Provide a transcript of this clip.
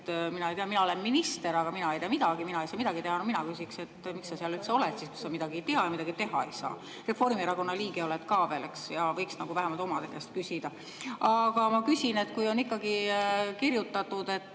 "Mina ei tea, mina olen minister, aga mina ei tea midagi, mina ei saa midagi teha." No mina küsiksin, et miks sa seal üldse oled siis, kui sa midagi ei tea ja midagi teha ei saa. Reformierakonna liige oled ka veel, eks, ja võiksid vähemalt omade käest küsida. Aga ma küsin. Kui on ikkagi kirjutatud, et